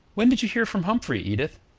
when did you hear from humphrey, edith?